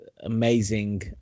amazing